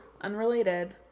unrelated